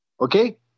Okay